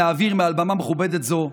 מעל במה מכובדת זו,